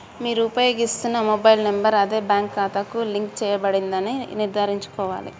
మీరు ఉపయోగిస్తున్న mobile number అదే బ్యాంక్ ఖాతాకు లింక్ చేయబడిందని నిర్ధారించుకోవాలి